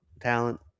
talent